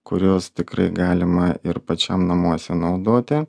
kuriuos tikrai galima ir pačiam namuose naudoti